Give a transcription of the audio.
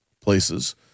places